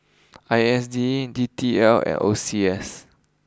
I S D and D T L and O C S